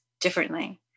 differently